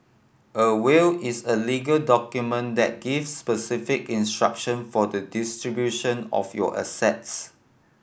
a will is a legal document that gives specific instruction for the distribution of your assets